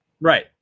right